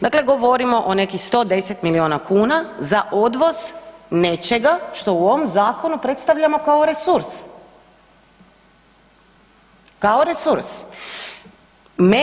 Dakle, govorimo o nekih 110 milijuna kuna za odvoz nečega što u ovom zakonu predstavljamo kao resurs, kao resurs.